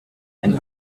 and